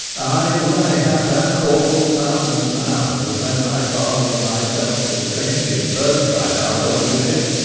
i would i had that corporal soundness now, as when thy father and myself in friendship first tried our soldiership.